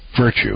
virtue